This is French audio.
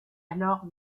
alors